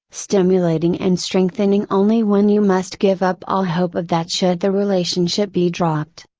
stimulating and strengthening only when you must give up all hope of that should the relationship be dropped.